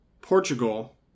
Portugal